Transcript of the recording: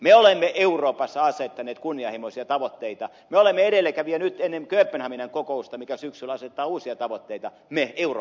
me olemme euroopassa asettaneet kunnianhimoisia tavoitteita me olemme edelläkävijä nyt ennen kööpenhaminan kokousta mikä syksyllä asettaa uusia tavoitteita me eurooppalaiset